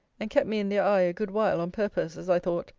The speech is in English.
and kept me in their eye a good while, on purpose, as i thought,